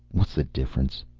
what's the difference?